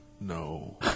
No